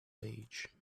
age